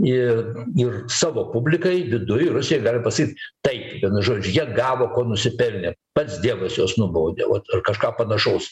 ir ir savo publikai viduj rusija gali pasakyt taip vienu žodžiu jie gavo ko nusipelnė pats dievas juos nubaudė o kažką panašaus